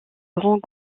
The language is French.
grands